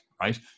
right